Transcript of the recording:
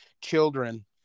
children